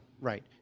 right